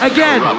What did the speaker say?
Again